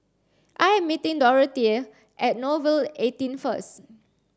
I am meeting Dorathea at Nouvel eighteen first